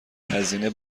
هزینه